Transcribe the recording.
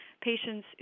patients